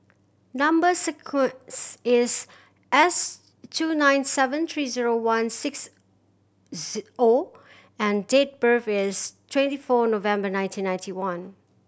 number sequence is S two nine seven three zero one six O and date birth is twenty four November nineteen ninety one